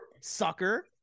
sucker